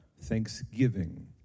thanksgiving